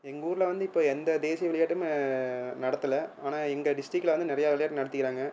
எங்கள் ஊரில் வந்து இப்போ எந்த தேசிய விளையாட்டுமே நடத்தல ஆனால் எங்கள் டிஸ்டிக்ட்டில் வந்து நிறையா விளையாட்டு நடத்திக்கிறாங்க